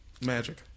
Magic